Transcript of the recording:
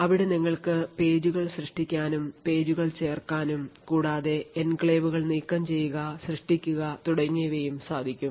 അവിടെ നിങ്ങൾക്ക് പേജുകൾ സൃഷ്ടിക്കാനും പേജുകൾ ചേർക്കാനും കൂടാതെ എൻക്ലേവ് നീക്കംചെയ്യുക സൃഷ്ടിക്കുക തുടങ്ങിയവയും സാധിക്കും